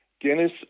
Guinness